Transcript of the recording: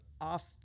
off